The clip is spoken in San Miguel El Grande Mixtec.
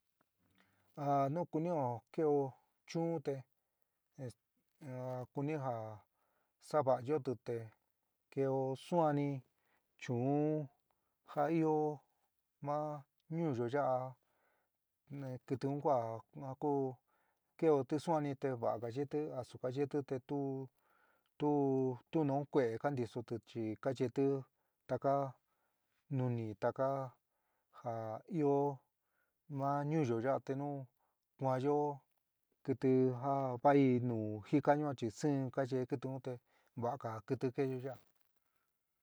Ja nu kunió keo chuún te kuni ja sava'ayótɨ te keo suanní chu'un ja ió ma ñuúyo ya'a, kɨtɨ un kua a ku keotɨ suan te va'aga yetɨ, asungaá yetɨ te tuú tu tu nu kue'é kantísotɨ chi ka yetɨ taka nuni taka ja ió ma ñuúyo yaá te nu kuaányó kɨtɨ ja vai nu jika yuan chi siín ka ye kiti un te va'aga kɨtɨ kaio yaá